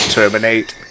Terminate